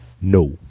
No